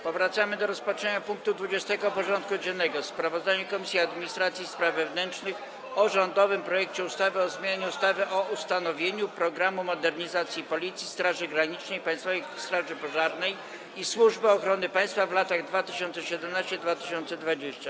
Powracamy do rozpatrzenia punktu 20. porządku dziennego: Sprawozdanie Komisji Administracji i Spraw Wewnętrznych o rządowym projekcie ustawy o zmianie ustawy o ustanowieniu „Programu modernizacji Policji, Straży Granicznej, Państwowej Straży Pożarnej i Służby Ochrony Państwa w latach 2017-2020”